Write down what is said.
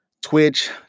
Twitch